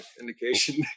indication